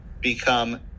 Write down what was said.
become